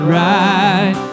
right